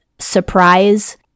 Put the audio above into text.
surprise